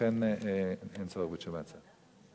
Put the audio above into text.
ולכן אין צורך בתשובת שר.